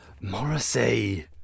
Morrissey